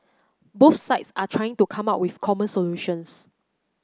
both sides are trying to come up with common solutions